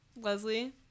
Leslie